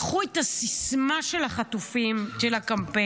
לקחו את הסיסמה של החטופים, של הקמפיין.